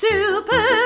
Super